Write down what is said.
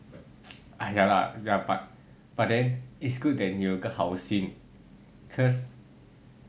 !aiya! lah yeah but but then it's good that 你有一个好心 cause